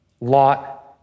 Lot